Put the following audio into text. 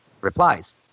replies